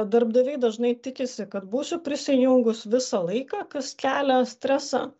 darbdaviai dažnai tikisi kad būsiu prisijungus visą laiką kas kelia stresą